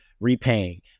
repaying